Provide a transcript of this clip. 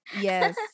yes